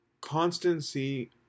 constancy